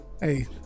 Hey